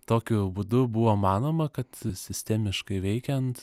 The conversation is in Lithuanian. tokiu būdu buvo manoma kad sistemiškai veikiant